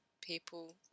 people